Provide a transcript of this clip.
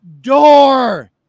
door